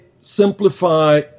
simplify